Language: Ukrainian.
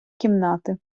кімнати